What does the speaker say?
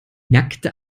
nackte